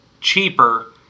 cheaper